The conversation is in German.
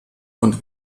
und